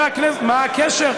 מה הקשר?